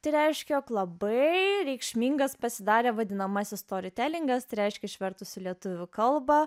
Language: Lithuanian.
tai reiškia jog labai reikšmingas pasidarė vadinamasis storitelingas reiškia išvertus į lietuvių kalbą